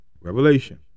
Revelation